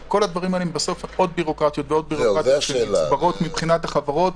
כל הדברים האלה הם עוד ועוד בירוקרטיה מבחינת החברות.